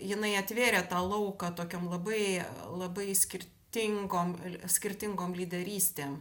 jinai atvėrė tą lauką tokiom labai labai skirtingom skirtingom lyderystėm